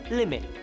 limit